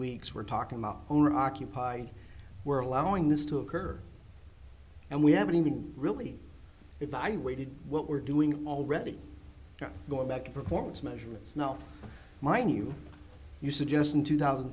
weeks we're talking about occupy we're allowing this to occur and we haven't even really if i waited what we're doing already going back to performance measurements now my new you suggest in two thousand